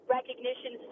recognition